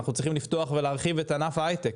אנחנו צריכים לפתוח ולהרחיב את ענף ההייטק,